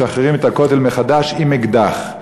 משחררים את הכותל מחדש", עם אקדח.